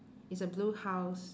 it's a blue house